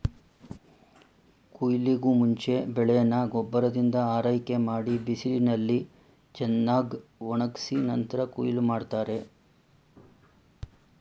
ಕುಯ್ಲಿಗೂಮುಂಚೆ ಬೆಳೆನ ಗೊಬ್ಬರದಿಂದ ಆರೈಕೆಮಾಡಿ ಬಿಸಿಲಿನಲ್ಲಿ ಚೆನ್ನಾಗ್ಒಣುಗ್ಸಿ ನಂತ್ರ ಕುಯ್ಲ್ ಮಾಡ್ತಾರೆ